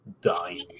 dying